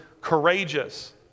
courageous